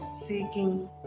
seeking